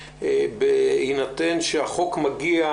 בהינתן שהחוק מגיע